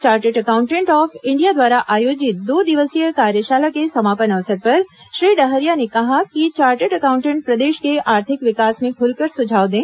chartered accountant of India द्वारा आयोजित दो दिवसीय कार्यशाला के समापन अवसर पर श्री डहरिया ने कहा कि चार्टेड एकाउंटेंट प्रदेश के आर्थिक विकास में खुलकर सुझाव दें